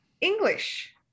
English